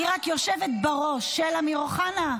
אני רק יושבת בראש של אמיר אוחנה?